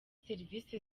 serivisi